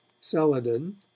Saladin